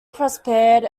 prospered